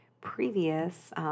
previous